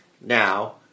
Now